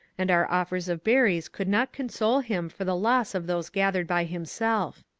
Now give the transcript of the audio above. and our offers of berries could not console him for the loss of those gathered by him self.